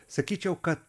sakyčiau kad